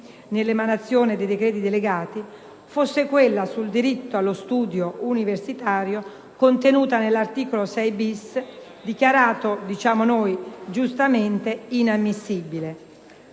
nell'emanazione dei decreti delegati fosse quella sul diritto allo studio universitario contenuta nell'articolo 6-*bis*, dichiarato - giustamente, diciamo noi - inammissibile.